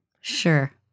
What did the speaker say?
Sure